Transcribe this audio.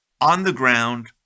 on-the-ground